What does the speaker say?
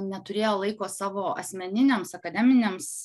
neturėjo laiko savo asmeniniams akademiniams